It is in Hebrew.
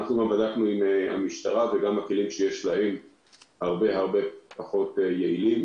בדקנו גם עם המשטרה ומצאנו שהכלים שלהם הרבה פחות יעילים.